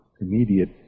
immediate